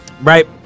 right